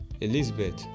Elizabeth